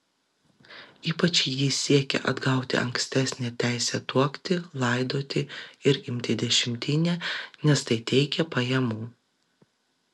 ypač ji siekė atgauti ankstesnę teisę tuokti laidoti ir imti dešimtinę nes tai teikė pajamų